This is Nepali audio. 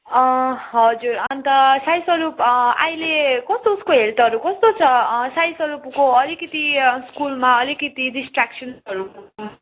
अँ हजुर अन्त साईस्वरूप अहिले कस्तो उसको हेल्थहरू कस्तो छ साईस्वरूपको अलिकति स्कुलमा अलिकति डिस्ट्र्याक्सनहरू हुन्छ